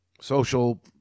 social